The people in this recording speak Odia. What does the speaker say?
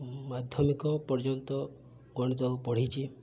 ମାଧ୍ୟମିକ ପର୍ଯ୍ୟନ୍ତ ଗଣିତ ପଢ଼ିଛି